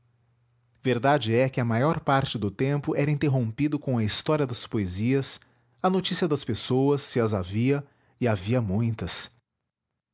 verdade é que a maior parte do tempo era interrompido com a história das poesias a notícia das pessoas se as havia e havia muitas